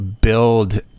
build